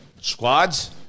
squads